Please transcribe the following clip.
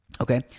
Okay